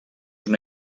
una